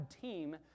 team